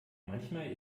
manchmal